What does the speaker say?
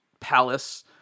palace